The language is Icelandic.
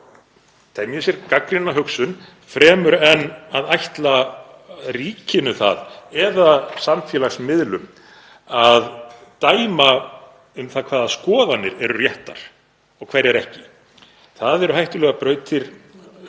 temji sér gagnrýna hugsun fremur en að ætla ríkinu það eða samfélagsmiðlum að dæma um það hvaða skoðanir eru réttar og hverjar ekki. Það eru hættulegar brautir og